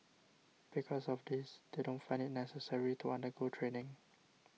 because of this they don't find it necessary to undergo training